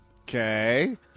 Okay